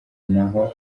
naho